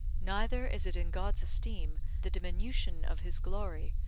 neither is it in god's esteem the diminution of his glory,